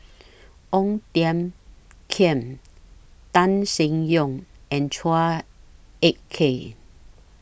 Ong Tiong Khiam Tan Seng Yong and Chua Ek Kay